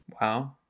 Wow